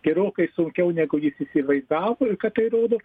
gerokai sunkiau negu jis įsivaizdavo ir kad tai rodo